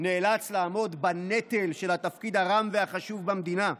נאלץ לעמוד בנטל של התפקיד הרם והחשוב במדינה,